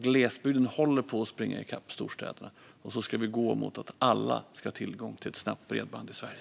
Glesbygden håller alltså på att springa ikapp storstäderna, och vi ska gå mot att alla ska ha tillgång till ett snabbt bredband i Sverige.